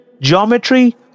geometry